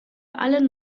alle